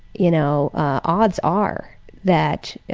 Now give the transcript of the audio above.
you know odds are that